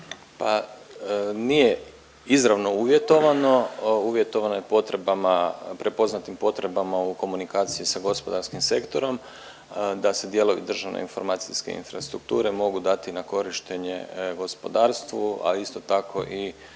Pa nije izravno uvjetovano, uvjetovano je potrebama prepoznatim potrebama u komunikaciji sa gospodarskim sektorom da se dijelovi državne informacijske infrastrukture mogu dati na korištenje gospodarstvu, a isto tako i